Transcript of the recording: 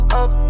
up